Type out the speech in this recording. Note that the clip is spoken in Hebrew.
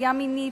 נטייה מינית,